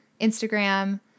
Instagram